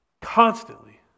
constantly